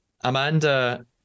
amanda